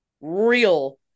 real